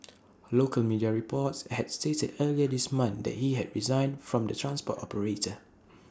local media reports had stated earlier this month that he had resigned from the transport operator